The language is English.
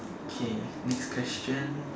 okay next question